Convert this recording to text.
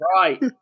Right